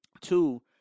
two